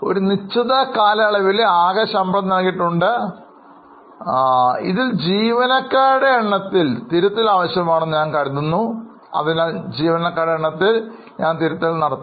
ഒരു നിശ്ചിത കാലയളവിലെ ആകെ ശമ്പളം നൽകിയിട്ടുണ്ട് ഇതിൽ ജീവനക്കാരുടെ എണ്ണത്തിൽ തിരുത്തൽ ആവശ്യമാണെന്ന് ഞാൻ കരുതുന്നു അതിനാൽ ജീവനക്കാരുടെ എണ്ണത്തിൽ ഞാൻ തിരുത്തൽ നടത്താം